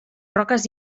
roques